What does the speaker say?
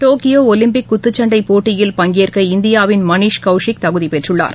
Tokyo Olympic குத்துச்சன்டை போட்டியில் பங்கேற்க இந்தியாவின் மனீஷ் கௌஷிக் தகுதி பெற்றுள்ளார்